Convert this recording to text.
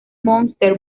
monsters